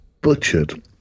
butchered